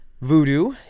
Voodoo